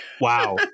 Wow